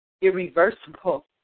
irreversible